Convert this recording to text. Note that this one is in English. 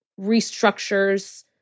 restructures